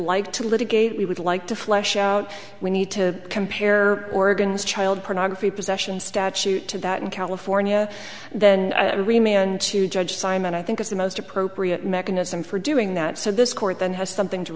litigate we would like to flesh out we need to compare oregon's child pornography possession statute to that in california then and to judge simon i think is the most appropriate mechanism for doing that so this court then has something to